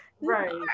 right